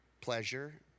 pleasure